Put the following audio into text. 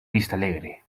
vistalegre